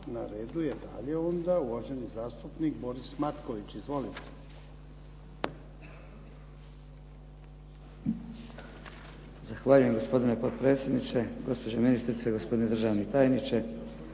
Na redu je dalje onda uvaženi zastupnik Boris Matković. Izvolite. **Matković, Borislav (HDZ)** Zahvaljujem gospodine potpredsjedniče, gospođo ministrice, gospodine državni tajniče.